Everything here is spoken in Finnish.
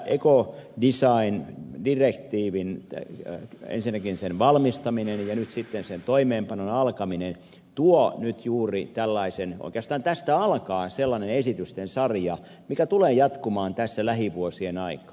nyt tässä tämän ekodesigndirektiivin ensinnäkin valmistaminen ja sitten sen toimeenpanon alkaminen tuo juuri tällaisen tilanteen oikeastaan tästä alkaa sellainen esitysten sarja mikä tulee jatkumaan tässä lähivuosien aikaan